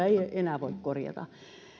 ei enää voi korjata